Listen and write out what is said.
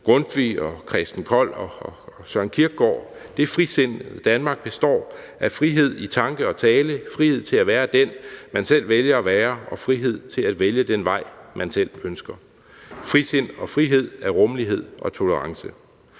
Grundtvig, Christen Kold og Søren Kierkegaard. Danmark består af frihed i tanke og tale, frihed til at være den, man selv vælger at være, og frihed til at vælge den vej, man selv ønsker. Frisind og frihed er rummelighed og tolerance.